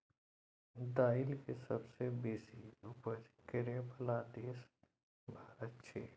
दाइल के सबसे बेशी उपज करइ बला देश भारत छइ